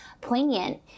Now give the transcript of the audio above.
poignant